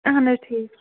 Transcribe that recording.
اَہَن حظ ٹھیٖک